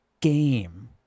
game